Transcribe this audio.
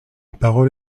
parole